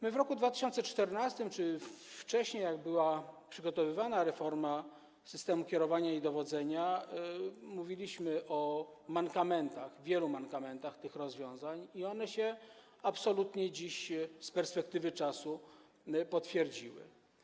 My w roku 2014 czy wcześniej, jak była przygotowywana reforma systemu kierowania i dowodzenia, mówiliśmy o mankamentach, wielu mankamentach tych rozwiązań i to się absolutnie dziś z perspektywy czasu potwierdziło.